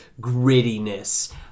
grittiness